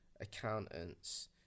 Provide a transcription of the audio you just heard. accountants